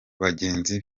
bagenzi